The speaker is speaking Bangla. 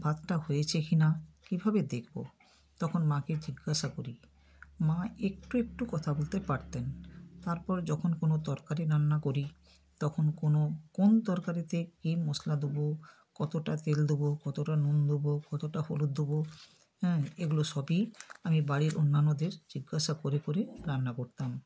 ভাতটা হয়েছে কি না কীভাবে দেখবো তখন মাকে জিজ্ঞাসা করি মা একটু একটু কথা বলতে পারতেন তারপরে যখন কোনো তরকারি রান্না করি তখন কোনো কোন তরকারিতে কী মশলা দেবো কতটা তেল দেবো কতোটা নুন দেবো কতটা হলুদ দেবো হ্যাঁ এগুলো সবই আমি বাড়ির অন্যান্যদের জিজ্ঞাসা করে করে রান্না করতাম